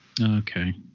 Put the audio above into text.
Okay